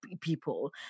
people